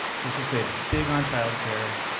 so she'll save big on childcare